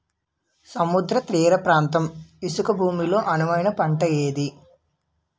సముద్ర తీర ప్రాంత ఇసుక భూమి లో అనువైన పంట ఏది?